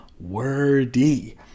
wordy